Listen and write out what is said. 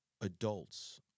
adults